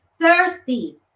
thirsty